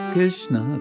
Krishna